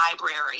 library